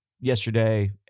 yesterday